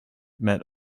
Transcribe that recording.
met